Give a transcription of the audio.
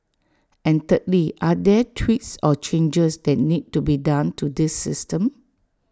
and thirdly are there tweaks or changes that need to be done to this system